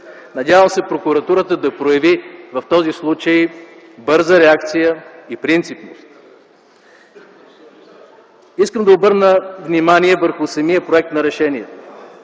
Надявам се прокуратурата да прояви в този случай бърза реакция и принципи. Искам да обърна внимание върху самия проект на решението.